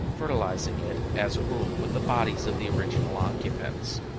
fertilizing it, as a rule, with the bodies of the original occupants.